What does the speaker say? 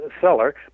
seller